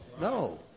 no